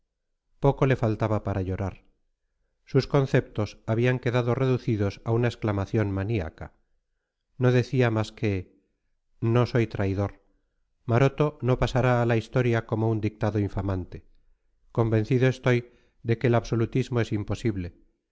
poco le faltaba para llorar sus conceptos habían quedado reducidos a una exclamación maníaca no decía más que no soy traidor maroto no pasará a la historia con un dictado infamante convencido estoy de que el absolutismo es imposible